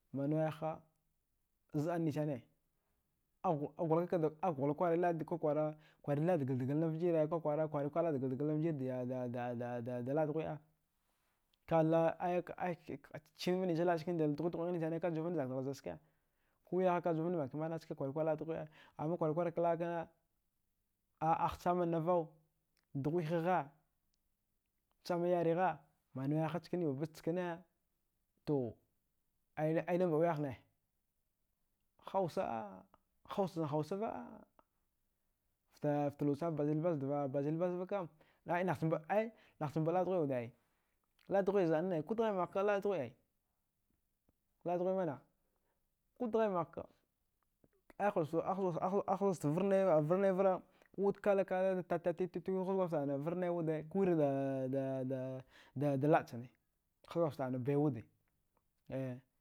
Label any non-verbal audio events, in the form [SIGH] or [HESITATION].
Manweha zɗa nisane akaghulakda kwakwar kwarari laɗda galdagalan vjire kwakwara kwarari laɗ dgaldgal navjir [HESITATION] dlaɗ dughuɗe kalla chinvan nichla chkinchkin dlaɗ dughuɗ ghnisane kajuwavanda zakdgharza ske kuwiyaha kajuwavanda manakimana ska kwararikwar laɗ dughuɗe amma kwarari kwarka laɗ kna a aghchamanavau dughuɗeha gha chama yaregha manwe hachkani batbat chkane to aida aida aida mbaɗ wiyahna hausa, hausa chan hausava fta fta luwasana bazilbazva kam nahcha ai nahcha mbaɗ laɗ dughuɗe wud ai laɗ dughuɗe zɗa nana ai kudghada maghkalaɗ dughuɗe ai laɗ dughuɗe mana, ko dghida maghka ahaz wusta varnai vra wud kalakala tattatikwe haz gwadjgaft varɗnai wudai kuwir [HESITATION] laɗ chana haz gwadjgaftana bai wude eh